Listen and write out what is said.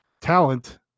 talent